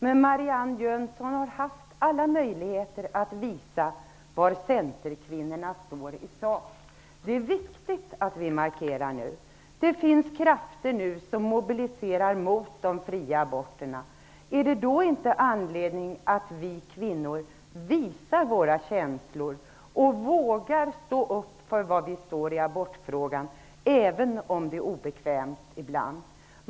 Men Marianne Jönsson har haft alla möjligheter att visa var centerkvinnorna i sak står. Det är viktigt att vi nu gör en markering. Det mobiliseras nu krafter mot de fria aborterna. Finns det då inte anledning att vi kvinnor visar våra känslor och vågar säga vad vi står för i abortfrågan, även om det ibland är obekvämt?